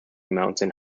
mountain